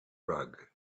rug